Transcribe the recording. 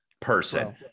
person